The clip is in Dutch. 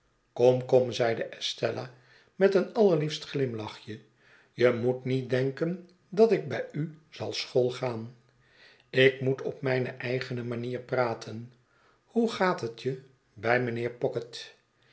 kom kom zeide estella met een allerliefst glimlachje je moet niet denken dat ik bij u zal schoolgaan ik moet op mijne eigene manier praten hoe gaat het je by